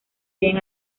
bien